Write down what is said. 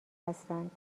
هستند